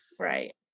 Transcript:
right